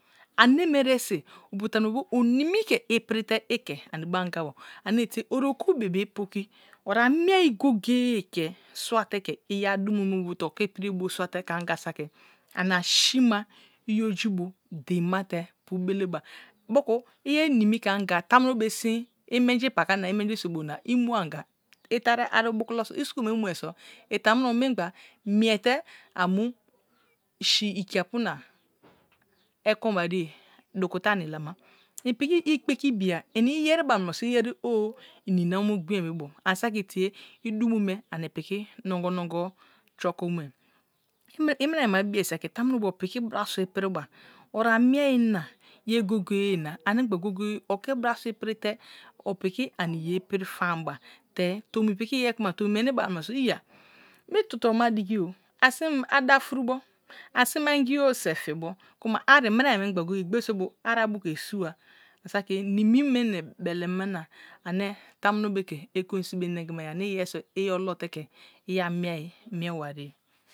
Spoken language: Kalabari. Ane me eresi opu tamuno be̱ ani mi ke aptite ike ani bu anga wa. Ane tie oro kubibim poki asamicayi goye goye ke sua be ke iya dumo me on te oke priete sua te ke anga sakri ana si ma eyoju bru dein ma te pubeleba, motw mye ni the anga, tammo̱o be si imanji paka na im-inji so̱bo̱ ha laue anga, tate aru butabulo so̱ school me mue so̱ i tamuno mingba miete amy si iria apu na ekwen wate duan te lani ilama. In putki i prekibia uni yeri ba munoso ayers o̱ anana omu gb be bo ani saki tie i dimo ai pitki nugo nogo turo ko mue. I mina ayi ma love sake tamuro be opieki bra sua epi ba ara mie wa ge goye goye na ani gba goye goye oke bra sua sprite o piti ain ye epti famba te tomi pilki iyeri kuma tomi meni bawa munosa imi tubo ma digi o a sin a da frurubo asin aingo own se fibo kuma ari mirat mei gba goye goye baiso bu ara buke sua ani saki nemi me na belema na ane tamuno be ke ekuensu be nengimaye ane iyeri so̱ iolote̱ ke iya nue ayi mie waré.